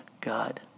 God